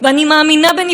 לא את הצעת חוק המרכולים,